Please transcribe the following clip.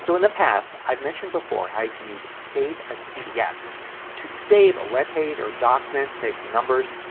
so in the past i've mentioned before how you can use save as pdf to save a webpage or document, say from numbers,